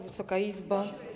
Wysoka Izbo!